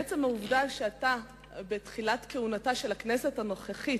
עצם העובדה שאתה, בתחילת כהונת הכנסת הנוכחית,